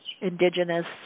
indigenous